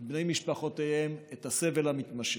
את בני משפחותיהם, את הסבל המתמשך.